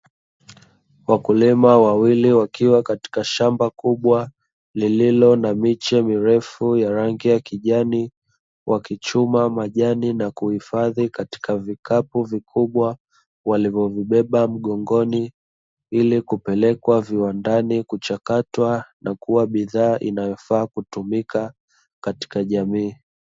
Wakulima wawili wakiwa katika shamba kubwa lililo na miche mirefu ya rangi ya kijani, wakichuma majani na kuhifadhi katika vikapu vikubwa walivyovibeba mgongoni ili kupelekwa viwandani kuchakatwa na kuwa bidhaa inayofaa kutumika katika jamii.